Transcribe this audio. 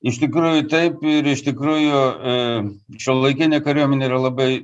iš tikrųjų taip ir iš tikrųjų m šiuolaikinė kariuomenė yra labai